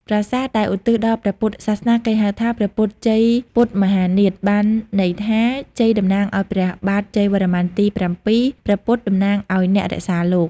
ប្រាសាទដែលឧទ្ទិសដល់ព្រះពុទ្ធសាសនា គេហៅថា ព្រះពុទ្ធជ័យពុទ្ធមហានាថ បានន័យថា ជ័យតំណាងឱ្យព្រះបាទជ័យវរ្ម័នទី៧ ព្រះពុទ្ធតំណាងឱ្យអ្នករក្សាលោក ។